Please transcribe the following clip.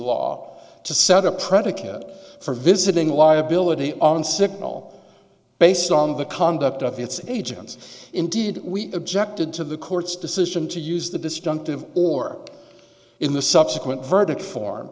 law to set a predicate for visiting liability on signal based on the conduct of its agents indeed we objected to the court's decision to use the disjunctive or in the subsequent verdict form